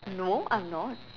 no I'm not